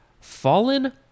fallen